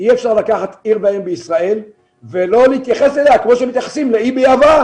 אי אפשר לקחת עיר ואם בישראל ולא להתייחס אליה כמו שמתייחסים לאי ביוון.